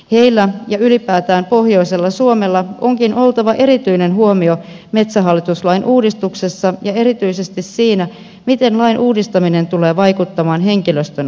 heillä ja ylipäätään pohjoisella suomella onkin oltava erityinen huomio metsähallitus lain uudistuksessa ja erityisesti siinä miten lain uudistaminen tulee vaikuttamaan henkilöstön asemaan